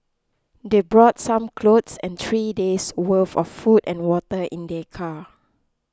they brought some clothes and three days worth of food and water in their car